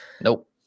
Nope